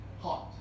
hot